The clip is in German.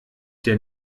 der